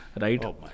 right